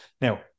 Now